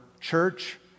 church